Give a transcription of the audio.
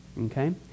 Okay